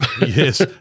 Yes